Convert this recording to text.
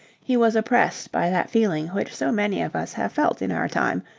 he was oppressed by that feeling which so many of us have felt in our time,